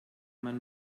man